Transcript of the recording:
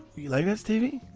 you like that, stevie?